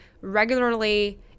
regularly